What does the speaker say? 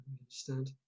understand